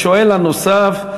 השואל הנוסף,